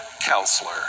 counselor